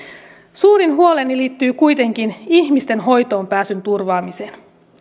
suurin huoleni liittyy kuitenkin ihmisten hoitoonpääsyn turvaamiseen